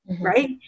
right